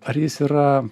ar jis yra